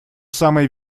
самое